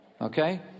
Okay